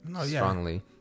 strongly